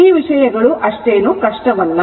ಈ ವಿಷಯಗಳು ಅಷ್ಟೇನೂ ಕಷ್ಟವಲ್ಲ